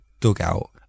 dugout